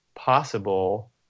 possible